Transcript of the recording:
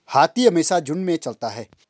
हाथी हमेशा झुंड में चलता है